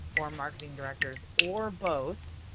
or marketing directors, or both,